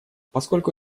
поскольку